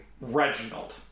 Reginald